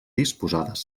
disposades